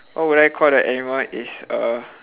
what would I call the animal is err